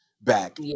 back